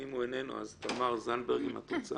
אם הוא איננו, אז תמר זנדברג, אם את רוצה.